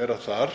vera þar.